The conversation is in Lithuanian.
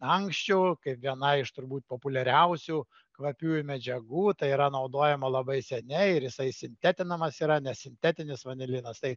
ankščių kaip viena iš turbūt populiariausių kvapiųjų medžiagų tai yra naudojama labai seniai ir jisai sintetinamas yra nes sintetinis vanilinas tai